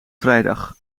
vrijdag